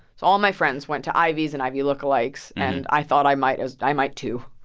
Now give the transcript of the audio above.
so all my friends went to ivys and ivy lookalikes, and i thought i might as i might, too.